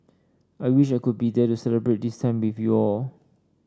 I wish I could be there to celebrate this time with you all